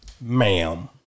Ma'am